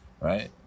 right